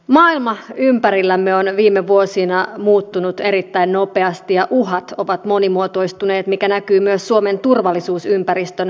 maailma ympärillämme on viime vuosina muuttunut erittäin nopeasti ja uhat ovat monimuotoistuneet mikä näkyy myös suomen turvallisuusympäristön heikentymisenä